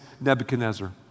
Nebuchadnezzar